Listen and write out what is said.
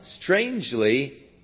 strangely